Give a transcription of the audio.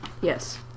Yes